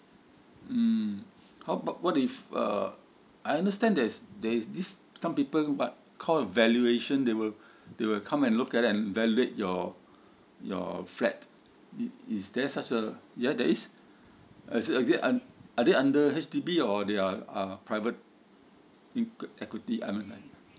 mm how about what if uh I understand there's there this some people what call valuation they will they will come and look at and valuate your your flat is is there such a ya there is is it is it are they under H_D_B or they are uh private equity I mean